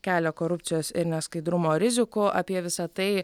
kelia korupcijos ir neskaidrumo rizikų apie visa tai